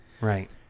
right